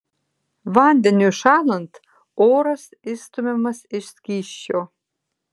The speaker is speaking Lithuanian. vandeniui šąlant oras išstumiamas iš skysčio